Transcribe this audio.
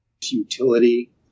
utility